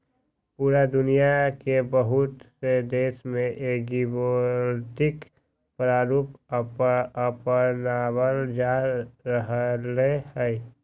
पूरा दुनिया के बहुत से देश में एग्रिवोल्टिक प्रारूप अपनावल जा रहले है